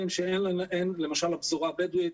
למשל הפזורה הבדואית,